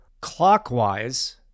clockwise